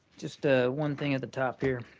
just ah one thing at the top here.